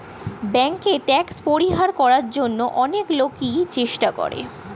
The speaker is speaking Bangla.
ব্যাংকে ট্যাক্স পরিহার করার জন্য অনেক লোকই চেষ্টা করে